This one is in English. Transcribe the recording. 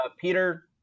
Peter